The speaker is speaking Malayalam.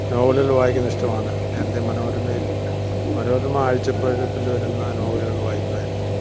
നോവലുകൾ വായിക്കുന്നത് ഇഷ്ടമാണ് നേരത്തെ മനോരമയിൽ മനോരമ ആഴ്ച്ചപ്പതിപ്പിൽ വരുന്ന നോവലുകൾ വായിക്കുമായിരുന്നു